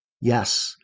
Yes